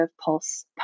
pulse